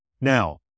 Now